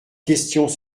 questions